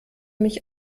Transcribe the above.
mich